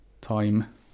time